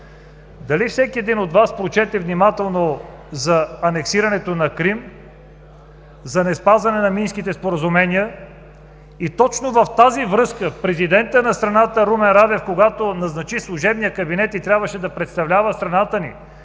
дали всеки един от Вас прочете внимателно за анексирането на Крим, за неспазване на Минските споразумения и точно в тази връзка президентът на страната Румен Радев, когато назначи служебния кабинет и трябваше да представлява страната ни